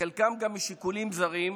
חלקם גם משיקולים זרים,